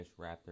Raptor